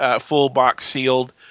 full-box-sealed